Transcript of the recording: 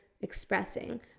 expressing